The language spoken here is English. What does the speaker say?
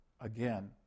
again